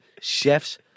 chefs